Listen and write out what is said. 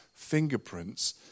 fingerprints